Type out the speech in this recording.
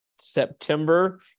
September